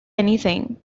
anything